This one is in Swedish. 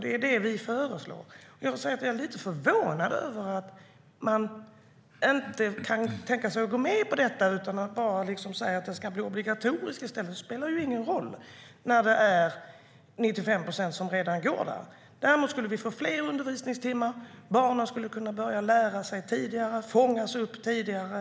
Det är det vi föreslår. Jag måste säga att jag är lite förvånad över att man inte kan tänka sig att gå med på detta utan bara säger att den ska bli obligatorisk i stället. Det spelar ju ingen roll när det är 95 procent som redan går där. Däremot skulle vi få fler undervisningstimmar. Barnen skulle kunna börja lära sig tidigare och fångas upp tidigare.